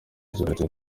cyahagaritse